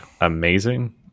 amazing